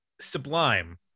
Sublime